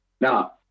Now